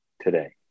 today